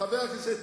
חבר הכנסת